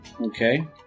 Okay